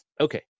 Okay